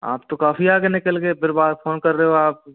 आप तो काफ़ी आगे निकल गए फिर फ़ोन कर रहे हो आप